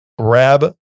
Grab